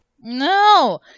no